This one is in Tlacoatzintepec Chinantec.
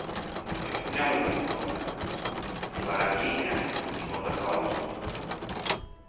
Liáhå jøè nionà tsøã jonã laã jlaå çinhà jniánã iã jonã taã zoúnâ tsouã.